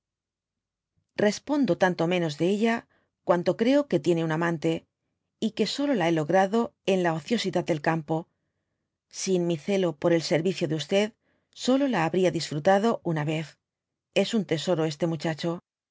respondo tanto menos de ella cuanta creo que tiene un amante y que solo la hé logrado y en la ociosidad del campo sin mi zelo por el servicio de sisólo la habría disfrutado una i yez es im tesoro este muchacho